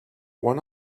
one